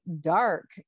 dark